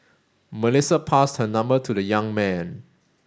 Melissa passed her number to the young man